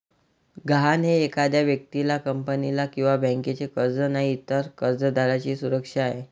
गहाण हे एखाद्या व्यक्तीला, कंपनीला किंवा बँकेचे कर्ज नाही, तर कर्जदाराची सुरक्षा आहे